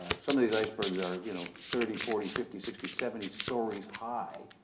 some of these icebergs are, you know, thirty, forty fifty, sixty, seventy stories high